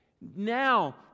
Now